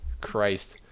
Christ